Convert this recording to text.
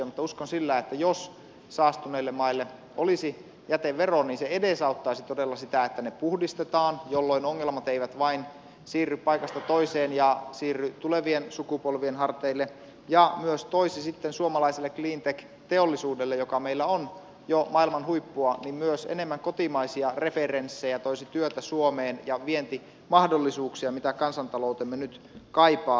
mutta uskon että jos saastuneille maille olisi jätevero niin se edesauttaisi todella sitä että ne puhdistetaan jolloin ongelmat eivät vain siirry paikasta toiseen ja siirry tulevien sukupolvien harteille ja se myös toisi sitten suomalaiselle cleantech teollisuudelle joka meillä on jo maailman huippua enemmän kotimaisia referenssejä toisi työtä suomeen ja vientimahdollisuuksia mitä kansantaloutemme nyt kaipaa